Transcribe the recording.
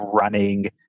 running